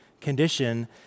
condition